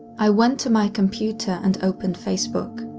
i went to my computer and opened facebook.